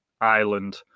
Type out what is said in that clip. island